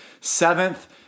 seventh